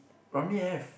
Ramly have